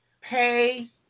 Pay